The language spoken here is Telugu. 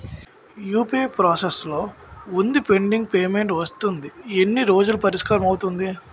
యు.పి.ఐ ప్రాసెస్ లో వుంది పెండింగ్ పే మెంట్ వస్తుంది ఎన్ని రోజుల్లో పరిష్కారం అవుతుంది